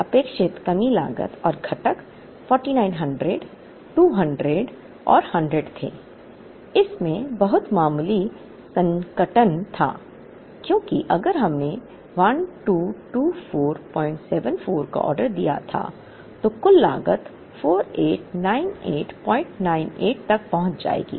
अपेक्षित कमी लागत और घटक 4900 200 और 100 थे इसमें बहुत मामूली सन्निकटन था क्योंकि अगर हमने 122474 का ऑर्डर दिया था तो कुल लागत 489898 तक पहुंच जाएगी